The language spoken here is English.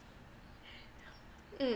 mm